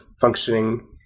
functioning